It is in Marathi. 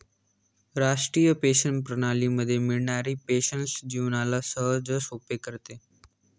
राष्ट्रीय पेंशन प्रणाली मध्ये मिळणारी पेन्शन जीवनाला सहजसोपे करते